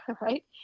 right